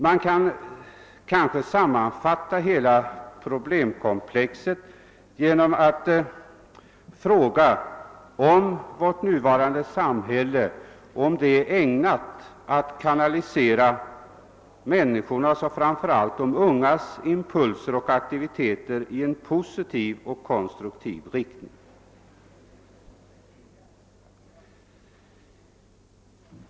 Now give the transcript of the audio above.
Man kan kanske sammanfatta hela problemkomplexet genom att ställa den frågan, om vårt nuvarande samhälle är ägnat att kanalisera människornas, framför allt de ungas, impulser och aktiviteter i en positiv och konstruktiv riktning.